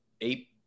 eight